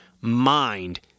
mind